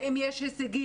ואם יש הישגים,